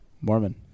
Mormon